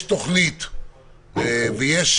יש תוכנית ויש